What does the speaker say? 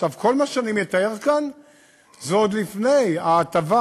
כל מה שאני מתאר כאן זה עוד לפני ההטבה